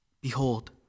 Behold